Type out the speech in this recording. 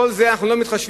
בכל זה אנחנו לא מתחשבים,